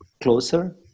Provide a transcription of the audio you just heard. closer